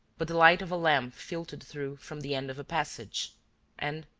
but the light of a lamp filtered through from the end of a passage and,